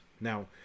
Now